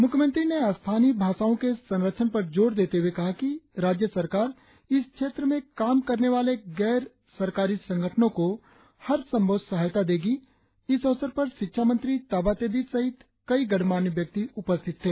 मुख्यमंत्री ने स्थानीय भाषाओं के संरक्षण पर जोर देते हूए कहा कि राज्य सरकार इस क्षेत्र में काम करने वाले गैर संगठन को हर संधव सहायता देगी इस अवसर पर शिक्षामंत्री ताबा तेदिर सहित कई गणमान्य व्यक्ति उपस्थित थे